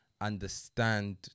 understand